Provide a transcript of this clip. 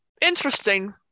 interesting